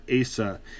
Asa